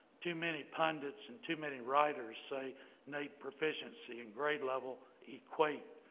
too many pundits and too many writers say naep proficiency in grade level equate